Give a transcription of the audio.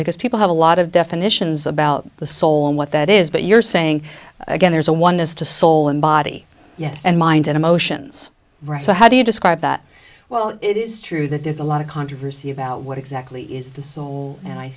because people have a lot of definitions about the soul and what that is but you're saying again there's a oneness to soul and body yes and mind and emotions so how do you describe that well it is true that there's a lot of controversy about what exactly is the soul and i